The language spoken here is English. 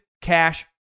Cash